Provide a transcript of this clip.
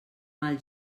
mal